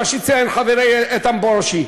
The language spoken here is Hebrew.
מה שציין חברי איתן ברושי.